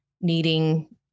needing